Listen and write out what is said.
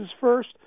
first